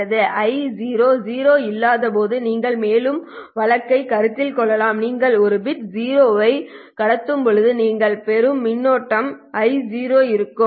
I0 0 இல்லாதபோது நீங்கள் மேலும் வழக்கைக் கருத்தில் கொள்ளலாம் நீங்கள் ஒரு பிட் 0 ஐ கடத்தும்போது நீங்கள் பெறும் மின்னோட்டமாக I0 இருக்கும்